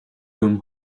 gum